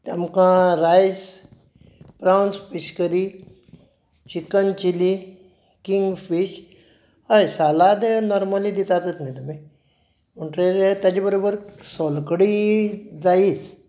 तें आमकां rice prawns fish curry chicken chilli king fish हय सालाद नॉर्मली दितातच न्ही तुमी म्हणटकच ताजे बरोबर सोलकडी जायच